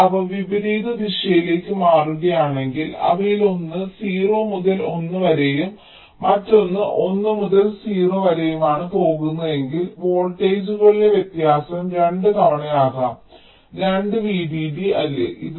എന്നാൽ അവ വിപരീത ദിശയിലേക്ക് മാറുകയാണെങ്കിൽ അവയിലൊന്ന് 0 മുതൽ 1 വരെയും മറ്റൊന്ന് 1 മുതൽ 0 വരെയുമാണ് പോകുന്നതെങ്കിൽ വോൾട്ടേജുകളിലെ വ്യത്യാസം രണ്ടുതവണയാകാം 2 VDD അല്ലേ